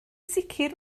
sicr